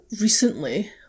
recently